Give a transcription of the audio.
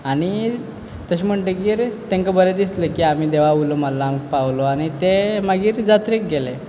आनी तशें म्हणटगीरच तेंकां बरें दिसलें की आमी देवा उलो मारलो आमकां पावलो आनी ते मागीर जात्रेक गेले